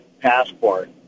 passport